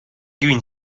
green